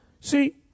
See